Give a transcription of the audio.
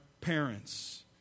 parents